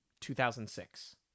2006